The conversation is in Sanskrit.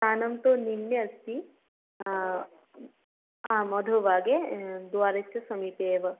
स्थानं तु निम्ने अस्ति आम् अधोभागे द्वारस्य समीपे एव